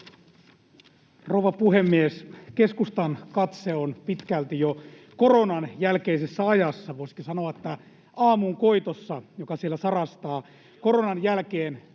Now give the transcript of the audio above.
Rouva puhemies! Keskustan katse on pitkälti jo koronan jälkeisessä ajassa — voisikin sanoa, että aamunkoitossa, joka siellä sarastaa koronan jälkeen.